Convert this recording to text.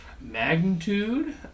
Magnitude